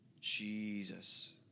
Jesus